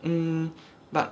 mm but